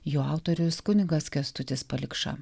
jo autorius kunigas kęstutis palikša